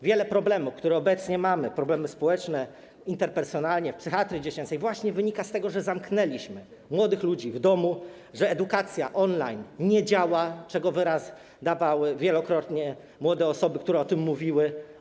Wiele problemów, które obecnie mamy - problemy społeczne, interpersonalne, w psychiatrii dziecięcej - wynikają właśnie z tego, że zamknęliśmy młodych ludzi w domu, że edukacja online nie działa, czego wyraz dawały wielokrotnie młode osoby, które o tym mówiły.